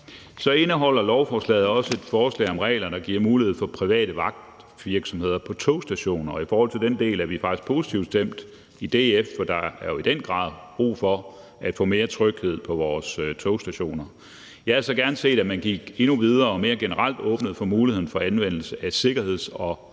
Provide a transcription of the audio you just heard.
Så indeholder lovforslaget også et forslag om regler, der giver mulighed for private vagtvirksomheder på togstationer, og i forhold til den del er vi faktisk positivt stemt i DF, for der er i den grad brug for at få mere tryghed på vores togstationer. Jeg havde så gerne set, at man gik endnu videre og mere generelt åbnede for muligheden for anvendelse af sikkerheds- og vagtpersonale